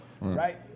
right